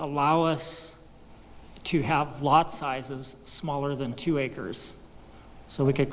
allow us to have a lot sizes smaller than two acres so we could